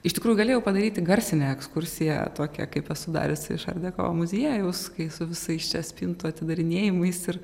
iš tikrųjų galėjau padaryti garsinę ekskursiją tokią kaip esu dariusi iš art deko muziejaus kai su visais čia spintų atidarinėjimais ir